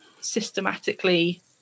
systematically